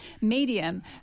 medium